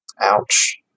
Ouch